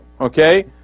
okay